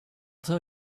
tell